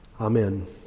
amen